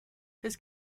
his